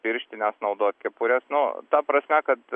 pirštines naudot kepures nu ta prasme kad